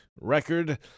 record